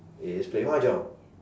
is play mahjong